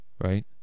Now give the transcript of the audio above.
Right